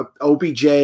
OBJ